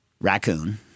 raccoon